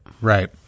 Right